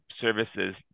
services